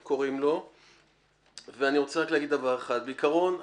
ורק אגיד בעיקרון,